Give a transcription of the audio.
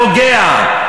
כי זה רומס, זה פוגע.